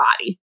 body